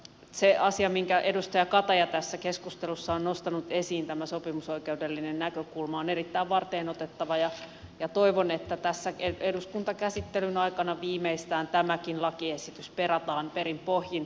se asia minkä edustaja kataja tässä keskustelussa on nostanut esiin tämä sopimusoikeudellinen näkökulma on erittäin varteenotettava ja toivon että tässä eduskuntakäsittelyn aikana viimeistään tämäkin lakiesitys perataan perin pohjin